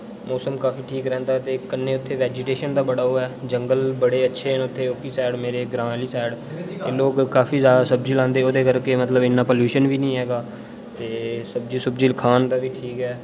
मौसम काफी ठीक रैहंदा ते कन्नै इत्थे वेजीटेशन दा बड़ा ओह् ऐ जंगल न बड़े इत्थे मेरे ग्रां आह्ले साइड लोक इत्थे सब्जी लांदे मतलबी इन्ना जादा पोलुशन बी निं हेगा खान पीन दा बी ठीक ही ऐ